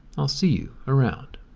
i'll see you around.